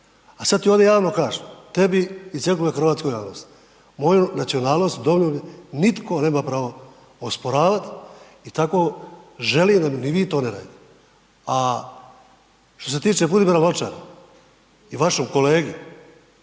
a sada ti ovdje javno kažem, tebi i cjelokupnoj hrvatskoj javnosti, moju nacionalnost …/Govornik se ne razumije./… nitko nema pravo osporavati i tako želim da ni vi to ne radite. A što se tiče Budimira Lončara, i vaše kolege,